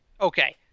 Okay